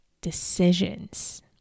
decisions